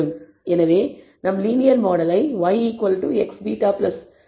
எனவே நம் லீனியர் மாடலை y x β ε என சுருக்கமாக எழுதலாம்